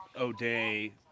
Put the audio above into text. O'Day